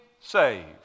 saved